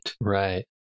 right